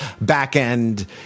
back-end